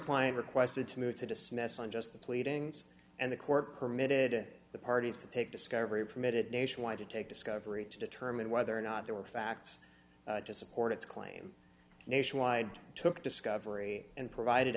client requested to move to dismiss on just the pleadings and the court permitted the parties to take discovery permitted nationwide to take discovery to determine whether or not there were facts to support its claim nationwide took discovery and provided